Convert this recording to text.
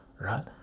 right